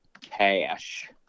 Cash